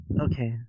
Okay